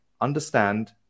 understand